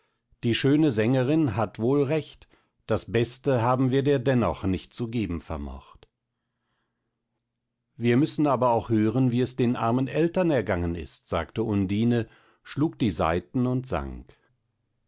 die schöne sängerin hat wohl recht das beste haben wir dir dennoch nicht zu geben vermocht wir müssen aber auch hören wie es den armen eltern ergangen ist sagte undine schlug die saiten und sang